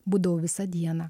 būdavau visą dieną